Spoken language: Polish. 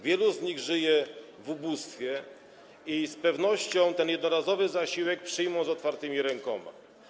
Wielu z nich żyje w ubóstwie i z pewnością ten jednorazowy zasiłek przyjmą z otwartymi rękoma.